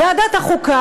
ועדת החוקה,